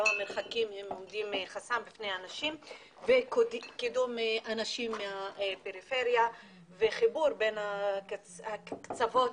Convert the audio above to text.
גם המרחקים הם חסם בפני אנשים וקידום אנשים מהפריפריה וחיבור בין הקצוות